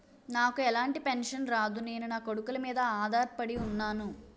నాకు ఎలాంటి పెన్షన్ రాదు నేను నాకొడుకుల మీద ఆధార్ పడి ఉన్నాను